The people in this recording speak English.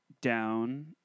down